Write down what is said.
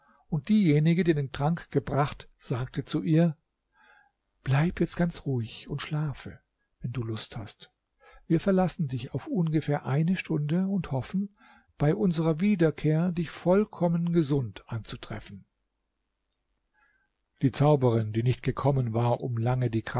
und diejenige die den trank gebracht sagte zu ihr bleib jetzt ganz ruhig und schlafe wenn du lust hast wir verlassen dich auf ungefähr eine stunde und hoffen bei unserer wiederkehr dich vollkommen gesund anzutreffen die zauberin die nicht gekommen war um lange